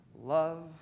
Love